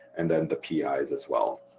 and then the pis as as well.